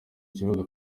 kibuga